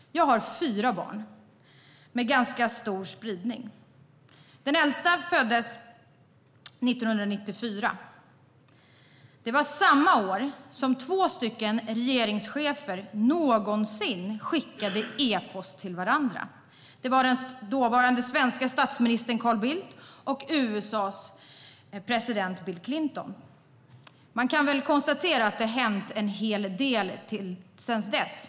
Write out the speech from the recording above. Jag har fyra barn med ganska stor spridning. Det äldsta föddes 1994. Det var samma år som två regeringschefer någonsin skickade e-post till varandra. Det var den dåvarande svenska statsministern Carl Bildt och USA:s dåvarande president Bill Clinton. Man kan konstatera att det har hänt en hel del sedan dess.